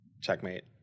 Checkmate